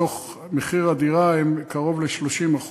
שמתוך מחיר הדירה הם קרוב ל-30%.